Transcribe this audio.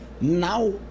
now